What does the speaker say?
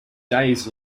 days